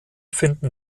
finden